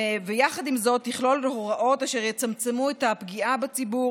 אך יחד עם זאת תכלול הוראות אשר יצמצמו את הפגיעה בציבור